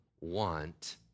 want